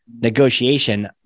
negotiation